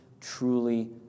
truly